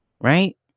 right